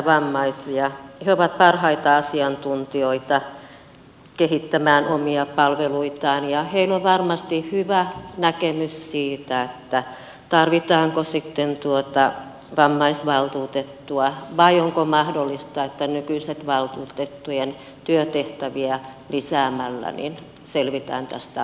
he ovat parhaita asiantuntijoita kehittämään omia palveluitaan ja heillä on varmasti hyvä näkemys siitä tarvitaanko sitten vammaisvaltuutettua vai onko mahdollista että nykyisten valtuutettujen työtehtäviä lisäämällä selvitään tästä asiasta